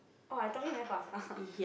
oh I talking very fast ah